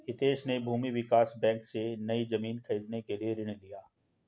हितेश ने भूमि विकास बैंक से, नई जमीन खरीदने के लिए ऋण लिया